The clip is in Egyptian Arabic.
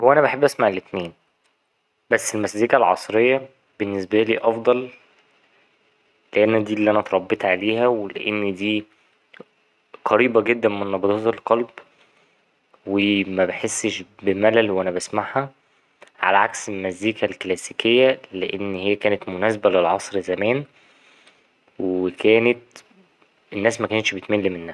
هو أنا بحب أسمع الأتنين بس المزيكا العصرية بالنسبالي أفضل، لأن دي اللي أنا اتربيت عليها ولأن دي قريبة جدا من نبضات القلب ومبحسش بملل وأنا بسمعها على عكس المزيكا الكلاسيكية، لأن هي كانت مناسبة للعصر زمان وكانت الناس مكانتش بتمل منها.